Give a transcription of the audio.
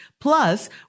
plus